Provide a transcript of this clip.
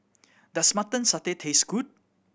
does Mutton Satay taste good